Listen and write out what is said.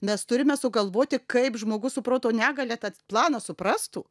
mes turime sugalvoti kaip žmogus su proto negalia tą planą suprastų